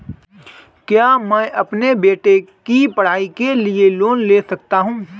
क्या मैं अपने बेटे की पढ़ाई के लिए लोंन ले सकता हूं?